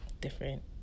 different